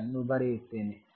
ಅನ್ನು ಬರೆಯುತ್ತೇನೆ